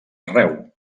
arreu